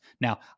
Now